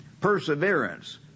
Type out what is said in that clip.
Perseverance